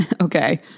okay